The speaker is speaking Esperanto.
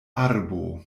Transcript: arbo